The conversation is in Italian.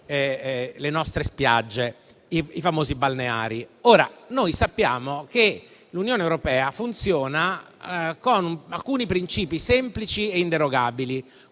le nostre spiagge: i famosi balneari. Noi sappiamo che l'Unione europea funziona con alcuni princìpi semplici e inderogabili,